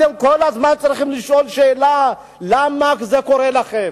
אתם כל הזמן צריכים לשאול למה זה קורה לכם.